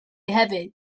hefyd